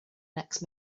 next